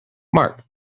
marc